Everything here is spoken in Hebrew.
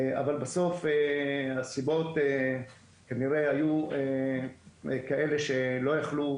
אבל בסוף הסיבות כנראה היו כאלה שלא יכלו